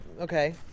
Okay